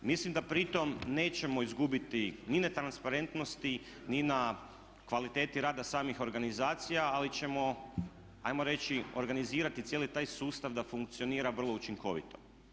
Mislim da pritom nećemo izgubiti ni na transparentnosti ni na kvaliteti rada samih organizacija ali ćemo ajmo reći organizirati cijeli taj sustav da funkcionira vrlo učinkovito.